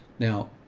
now,